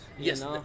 Yes